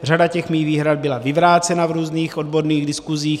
Řada mých výhrad byla vyvrácena v různých odborných diskusích.